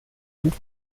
und